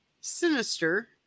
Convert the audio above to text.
sinister